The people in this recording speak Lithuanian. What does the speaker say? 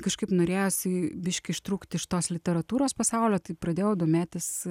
kažkaip norėjosi biškį ištrūkt iš tos literatūros pasaulio taip pradėjau domėtis